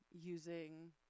using